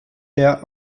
der